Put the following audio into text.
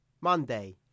Monday